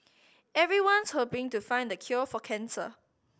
everyone's hoping to find the cure for cancer